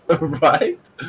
Right